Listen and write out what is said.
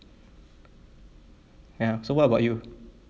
ya so what about you